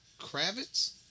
Kravitz